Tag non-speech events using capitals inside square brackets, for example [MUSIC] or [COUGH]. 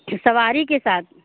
[UNINTELLIGIBLE] सवारी के साथ